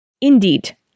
Indeed